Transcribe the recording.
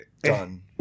Done